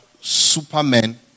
supermen